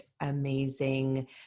amazing